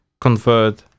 convert